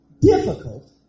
difficult